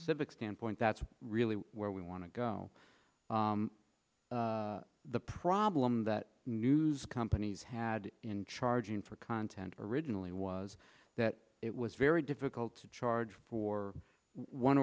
civic standpoint that's really where we want to go the problem that news companies had in charging for content originally was that it was very difficult to charge for one